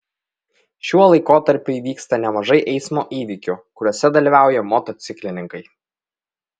šiuo laikotarpiu įvyksta nemažai eismo įvykių kuriuose dalyvauja motociklininkai